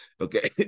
Okay